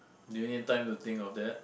do you need time to think of that